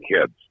kids